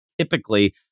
typically